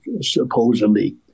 supposedly